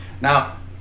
Now